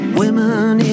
women